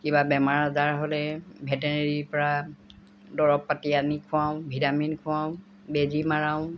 কিবা বেমাৰ আজাৰ হ'লে ভেটেনেৰিৰ পৰা দৰৱ পাতি আনি খুৱাওঁ ভিটামিন খুৱাওঁ বেজী মাৰাওঁ